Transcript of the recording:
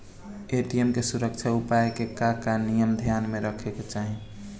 ATM के सुरक्षा उपाय के का का नियम ध्यान में रखे के चाहीं?